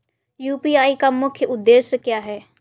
UPI का मुख्य उद्देश्य क्या है?